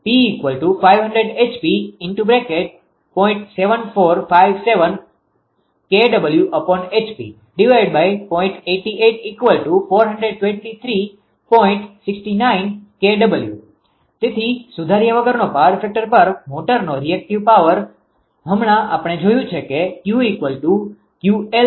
તેથી સુધાર્યા વગરનો પાવર ફેક્ટર પર મોટરનો રીએક્ટીવ પાવરreactive powerપ્રતીક્રિયાશીલ પાવર હમણાં આપણે જોયું છે કે Q𝑄𝑙𝑃tan𝜃1 છે